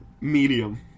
Medium